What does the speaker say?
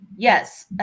Yes